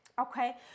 okay